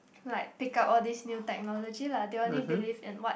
like pick up all these new technology lah they only believe in what